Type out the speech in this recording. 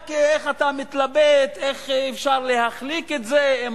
רק איך אתה מתלבט איך אפשר להחליק את זה עם